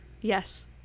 yes